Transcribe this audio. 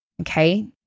okay